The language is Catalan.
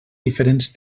diferents